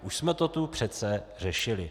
Už jsme to tu přece řešili!